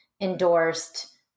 endorsed